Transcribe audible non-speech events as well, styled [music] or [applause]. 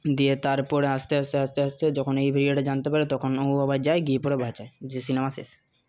দিয়ে তারপর আস্তে আস্তে আস্তে আস্তে যখন এই ভেড়িয়াটা জানতে পারে তখন ও আবার যায় গিয়ে পরে বাঁচায় [unintelligible] সিনেমা শেষ